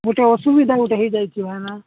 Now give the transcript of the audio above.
ଗୋଟେ ଅସୁବିଧା ଗୋଟ ହେଇଯାଇଛି ଭାଇନା